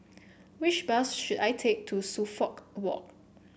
which bus should I take to Suffolk Walk